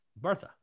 Bartha